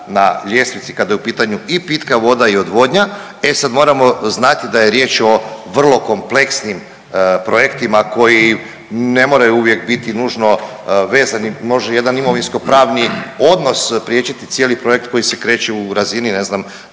na ljestvici kada je u pitanju i pitka voda i odvodnja. E sad moramo znati da je riječ o vrlo kompleksnim projektima koji ne moraju uvijek biti nužno vezani. Može jedan imovinsko pravni odnos zapriječiti cijeli projekt koji se kreće u razini ne znam